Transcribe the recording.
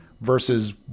versus